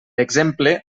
exemple